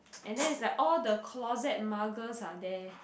and then is like all the closet muggers are there